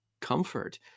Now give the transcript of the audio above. comfort